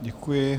Děkuji.